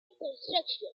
construction